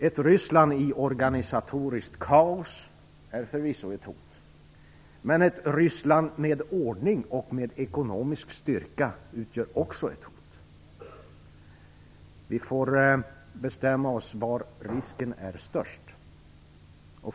Ett Ryssland i organisatoriskt kaos är förvisso ett hot, men ett Ryssland med ordning och med ekonomisk styrka utgör också ett hot. Vi får bestämma oss var risken är störst.